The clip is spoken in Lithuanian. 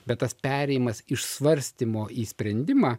bet tas perėjimas iš svarstymo į sprendimą